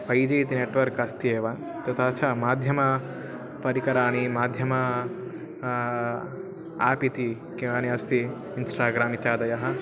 फ़ैजी इति नेट्वर्क् अस्ति एव तथा च माध्यमेन परिकराणि माध्यमेन आप् इति कानि अस्ति इन्स्टाग्राम् इत्यादयः